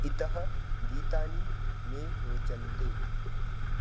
इतः गीतानि मे रोचन्ते